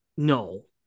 No